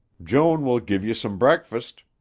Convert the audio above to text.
joan will give you some breakfast.